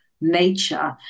nature